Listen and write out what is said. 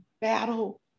battle